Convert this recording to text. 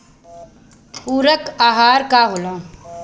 पुरक अहार का होला?